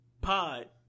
pod